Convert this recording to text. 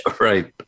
Right